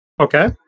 Okay